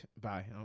bye